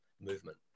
movement